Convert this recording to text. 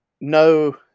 No